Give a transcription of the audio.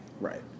Right